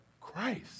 Christ